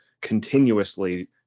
continuously